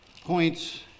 points